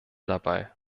dabei